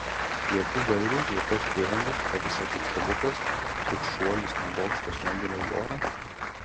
jokių gairių jokios priedangos o visa tik stebuklas tik šuolis nuo bokšto smaigalio į orą